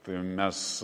tai mes